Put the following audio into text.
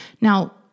Now